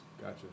Gotcha